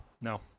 No